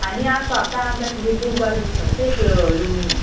हामी अर्को हप्ता आउँदाखेरि बुक गरिदिनुहोस् है त्यो रुम